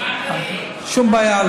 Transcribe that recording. אין שום בעיה,